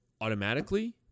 automatically